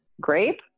Grape